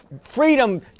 Freedom